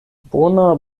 bona